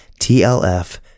TLF